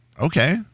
okay